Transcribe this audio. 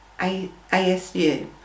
ASU